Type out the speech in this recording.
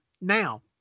Now